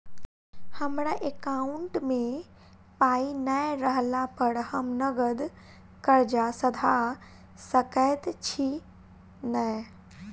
हमरा एकाउंट मे पाई नै रहला पर हम नगद कर्जा सधा सकैत छी नै?